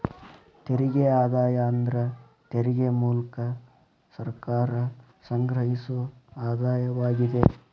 ತೆರಿಗೆ ಆದಾಯ ಅಂದ್ರ ತೆರಿಗೆ ಮೂಲ್ಕ ಸರ್ಕಾರ ಸಂಗ್ರಹಿಸೊ ಆದಾಯವಾಗಿದೆ